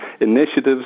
initiatives